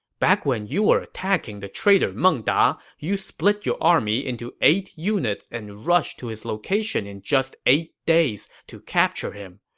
back when you were attacking the traitor meng da, you split your army into eight units and rushed to his location in just eight days to capture him.